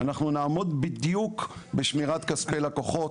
אנחנו נעמוד בדיוק בשמירת כספי לקוחות,